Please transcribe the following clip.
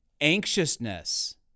anxiousness